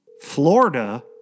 Florida